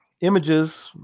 images –